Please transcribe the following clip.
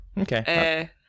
okay